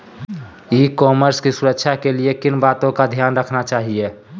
ई commerce की सुरक्षा के लिए किन बातों का ध्यान रखना चाहिए?